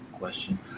question